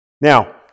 Now